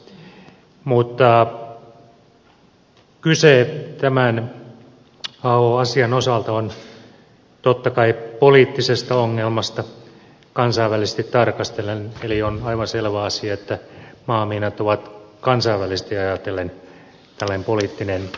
mutta kyse tämän asian osalta on totta kai poliittisesta ongelmasta kansainvälisesti tarkastellen eli on aivan selvä asia että maamiinat ovat kansainvälisesti ajatellen tällainen poliittinen ongelma